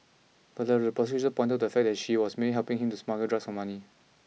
further the prosecution pointed to the fact that she was merely helping him smuggle drugs for money